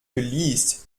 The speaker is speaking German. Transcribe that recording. geleast